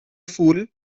fool